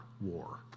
war